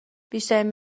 بیشترین